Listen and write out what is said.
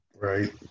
Right